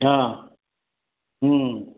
हां